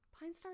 Pinestar